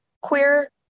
queer